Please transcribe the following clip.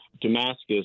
Damascus